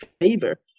favor